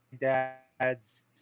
dad's